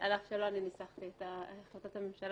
על אף שלא אני ניסחתי את החלטת הממשלה,